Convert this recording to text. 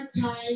time